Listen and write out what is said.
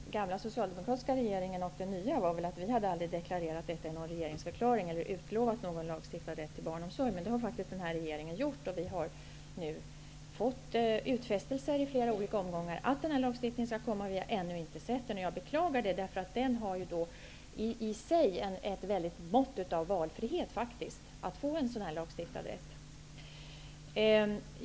Herr talman! Skillnaden mellan den förra socialdemokratiska regeringen och den nya regeringen är att vi aldrig deklarerade i någon regeringsförklaring att vi utlovade en lagstiftning om rätt till barnomsorg. Men det har den nuvarande regeringen gjort. Man har i flera olika omgångar kommit med utfästelser om att denna lagstiftning skall införas, men det har vi ännu inte sett. Det beklagar jag, eftersom en sådan lagstiftad rätt faktiskt i sig medger ett väldigt mått av valfrihet.